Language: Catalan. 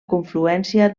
confluència